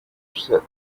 said